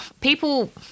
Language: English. people